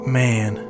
man